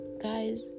guys